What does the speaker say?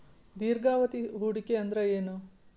ದೀರ್ಘಾವಧಿ ಹೂಡಿಕೆ ಅಂದ್ರ ಏನು?